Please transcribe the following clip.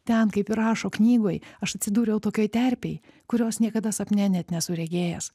ten kaip ir rašo knygoj aš atsidūriau tokioj terpėj kurios niekada sapne net nesu regėjęs